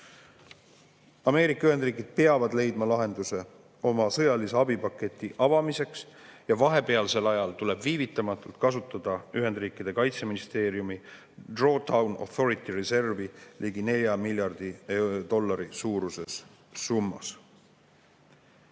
Ameerika Ühendriigid peavad leidma lahenduse oma sõjalise abipaketi avamiseks ja vahepealsel ajal tuleb viivitamatult kasutada Ühendriikide kaitseministeeriumi [Presidential] Drawdown Authority reservi ligi 4 miljardi dollari suuruses summas.